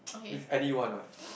with anyone ah